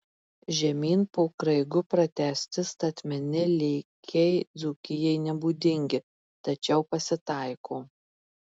žemyn po kraigu pratęsti statmeni lėkiai dzūkijai nebūdingi tačiau pasitaiko